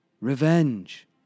Revenge